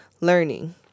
learning